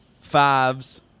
fives